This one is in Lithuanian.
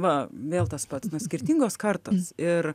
va vėl tas pats skirtingos kartos ir